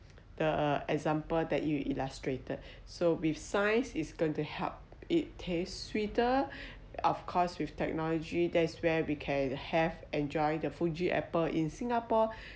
the example that you illustrated so with science is going to help it tastes sweeter of course with technology that's where we can have enjoy the fuji apple in singapore